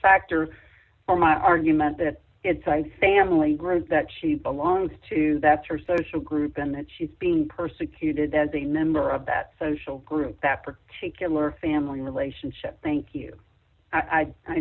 factor for my argument that its size family groups that she belongs to that's her social group and that she's being persecuted as a member of that social group that particular family relationship